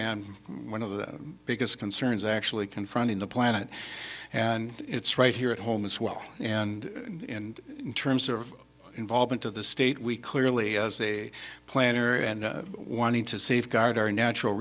and one of the biggest concerns actually confronting the planet and it's right here at home as well and in terms of involvement of the state we clearly as a planner and wanting to safeguard our natural